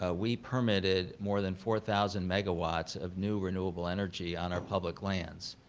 ah we permitted more than four thousand megawatts of new renewable energy on our public lands.